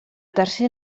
tercer